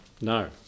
No